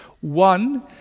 One